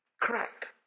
crack